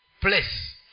place